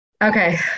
Okay